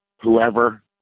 whoever